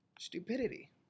Stupidity